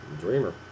dreamer